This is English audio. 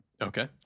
Okay